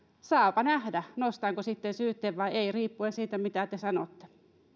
saapa nähdä nostanko sitten syytteen vai en riippuen siitä mitä te sanotte